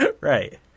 Right